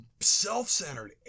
self-centered